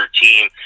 team